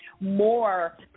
more